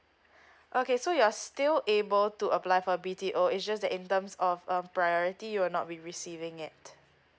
okay so you're still able to apply for a B_T_O it just that in terms of um priority you will not be receiving it